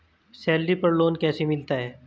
Salary पर loan कैसे मिलता है?